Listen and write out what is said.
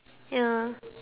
ya